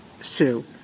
sue